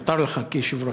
מותר לך כיושב-ראש.